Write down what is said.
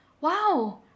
Wow